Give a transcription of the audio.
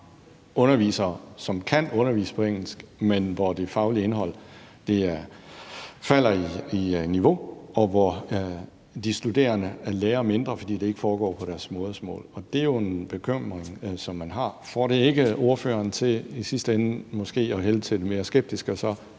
undervisere, som kan undervise på engelsk, men hvor det faglige indhold falder i niveau, og hvor de studerende lærer mindre, fordi det ikke foregår på deres modersmål. Det er jo en bekymring, som man har. Får det ikke ordføreren til i sidste ende måske at hælde til det mere skeptiske